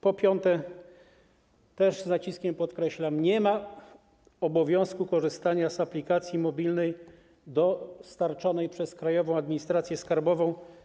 Po piąte, też z naciskiem podkreślam: nie ma obowiązku korzystania z aplikacji mobilnej dostarczonej przez Krajową Administrację Skarbową.